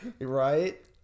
Right